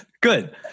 good